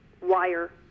wire